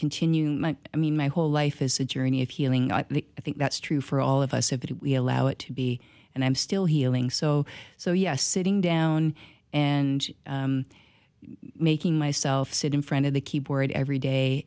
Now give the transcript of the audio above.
continue my i mean my whole life is a journey of healing i think that's true for all of us have that we allow it to be and i'm still healing so so yes sitting down and making myself sit in front of the keyboard every day